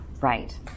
Right